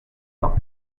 pas